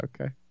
okay